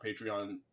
Patreon